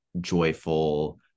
joyful